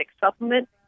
supplement